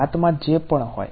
ઘાતમાં જે પણ હોય